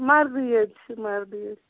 مَردٕے یٲتۍ چھِ مردٕے یٲتۍ